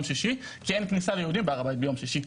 שישי כי אין כניסה ליהודים בהר הבית ביום שישי,